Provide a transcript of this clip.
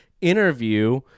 interview